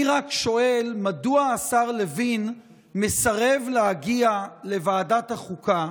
אני רק שואל מדוע השר לוין מסרב להגיע לוועדת החוקה,